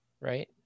Right